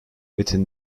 within